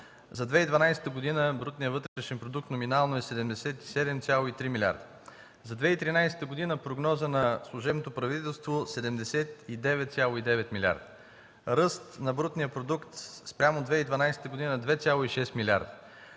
за 2012 г. брутният вътрешен продукт номинално е 77,3 милиарда; за 2013 г. в прогноза на служебното правителство – 79,9 милиарда; ръст на брутния продукт спрямо 2012 г. – 2,6 милиарда;